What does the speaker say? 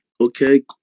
Okay